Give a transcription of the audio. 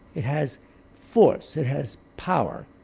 it has force, it has power,